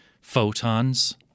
photons